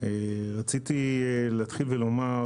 רציתי להתחיל ולומר,